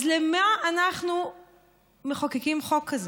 אז למה אנחנו מחוקקים חוק כזה?